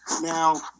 Now